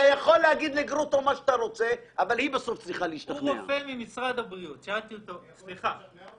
הנתונים שאנחנו רואים בעולם על שיעור המשתמשים והפוטנציאל,